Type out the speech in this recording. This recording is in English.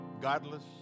godless